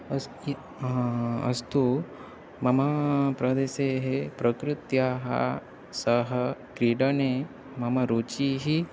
अस् इत् अस्तु मम प्रदेशे प्रकृत्याः सह क्रीडने मम रुचिः